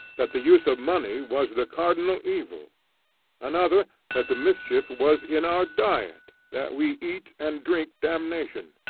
that the use of money was the cardinal evil another that the mischief was in our diet, that we eat and drink damnation.